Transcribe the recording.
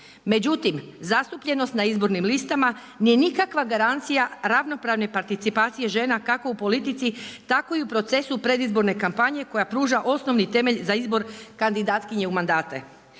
Međutim, zastupljenost na izbornim listama nije nikakva garancija ravnopravne participacije žena kako u politici, tako i u procesu predizborne kampanje koja pruža osnovni temelj za izbor kandidatkinje u mandate.